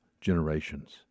generations